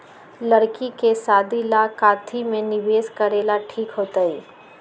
लड़की के शादी ला काथी में निवेस करेला ठीक होतई?